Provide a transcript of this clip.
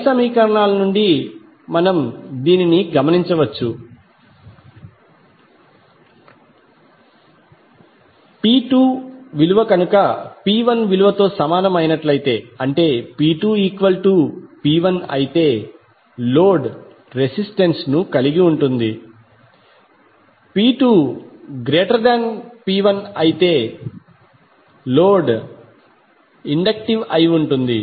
పై సమీకరణాల నుండి దీనిని గమనించవచ్చు P2 P1 అయితే లోడ్ రెసిస్టెన్స్ ను కలిగి ఉంటుంది P2 P1 అయితే లోడ్ ఇండక్టివ్ అయి ఉంటుంది